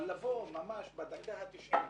אבל לבוא ממש בדקה ה-90,